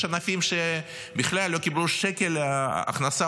יש ענפים שבכלל לא קיבלו שקל אחד הכנסה